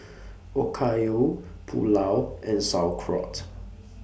Okayu Pulao and Sauerkraut